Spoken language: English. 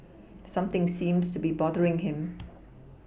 something seems to be bothering him